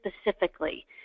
specifically